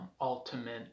ultimate